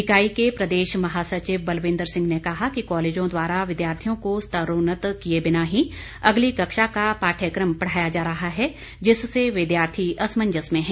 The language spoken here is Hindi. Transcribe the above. इकाई के प्रदेश महासचिव बलविंद्र सिंह ने कहा कि कॉलेजों द्वारा विद्यार्थियों को स्तरोन्नत किए बिना ही अगली कक्षा का पाठ्यक्रम पढ़ाया जा रहा है जिससे विद्यार्थी असमजस में है